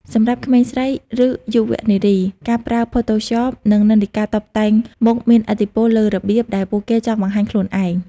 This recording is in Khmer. សម្រាប់ក្មេងស្រី ឬ យុវនារី ការប្រើ Photoshop និងនិន្នាការតុបតែងមុខមានឥទ្ធិពលលើរបៀបដែលពួកគេចង់បង្ហាញខ្លួនឯង។